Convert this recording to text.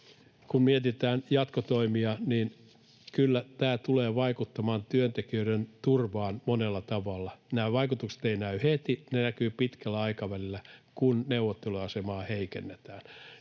kun mietitään jatkotoimia, niin kyllä tämä tulee vaikuttamaan työntekijöiden turvaan monella tavalla. Nämä vaikutukset eivät näy heti, vaan ne näkyvät pitkällä aikavälillä, kun neuvotteluasemaa heikennetään,